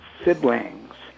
siblings